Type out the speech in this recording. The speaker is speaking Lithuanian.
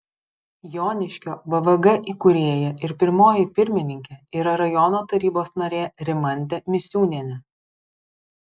joniškio vvg įkūrėja ir pirmoji pirmininkė yra rajono tarybos narė rimantė misiūnienė